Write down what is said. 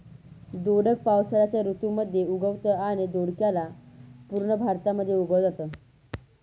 दोडक पावसाळ्याच्या ऋतू मध्ये उगवतं आणि दोडक्याला पूर्ण भारतामध्ये उगवल जाता